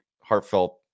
heartfelt